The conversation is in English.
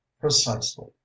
Precisely